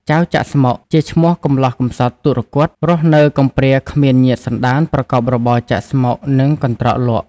ចៅ ចាក់ស្មុគ ជាឈ្មោះកំលោះកំសត់ទុគ៌ត រស់នៅកំព្រាគ្មានញាតិសន្តាន ប្រកបរបរ ចាក់ស្មុគនិងកន្ត្រកលក់។